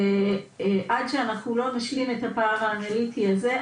עד שאנחנו לא נשלים את הפער האנליטי הזה,